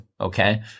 Okay